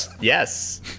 yes